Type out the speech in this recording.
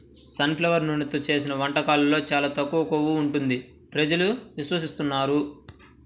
sun flower నూనెతో చేసిన వంటకాల్లో చాలా తక్కువ కొవ్వు ఉంటుంది ప్రజలు విశ్వసిస్తున్నారు